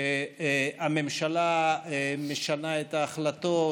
שהממשלה משנה את ההחלטות,